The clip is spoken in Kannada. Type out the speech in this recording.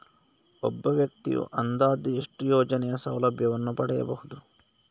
ಒಬ್ಬ ವ್ಯಕ್ತಿಯು ಅಂದಾಜು ಎಷ್ಟು ಯೋಜನೆಯ ಸೌಲಭ್ಯವನ್ನು ಪಡೆಯಬಹುದು?